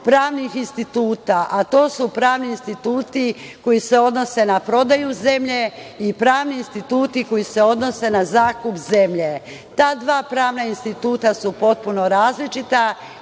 pravnih instituta, a to su pravni instituti koji se odnose na prodaju zemlje i pravni instituti koji se odnose na zakup zemlje. Ta dva pravna instituta su potpuno različita